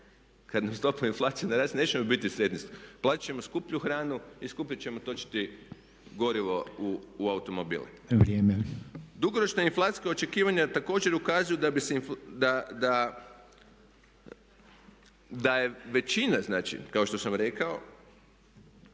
Kad nam stopa inflacije naraste nećemo biti sretni, plaćat ćemo skuplju hranu i skuplje ćemo točiti gorivo u automobile. … /Upadica Reiner: Vrijeme./… Dugoročna inflacijska očekivanja također ukazuju da je većina znači kao što sam rekao